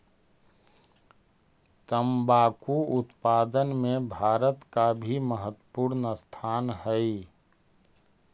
तंबाकू उत्पादन में भारत का भी महत्वपूर्ण स्थान हई